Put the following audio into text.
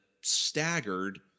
staggered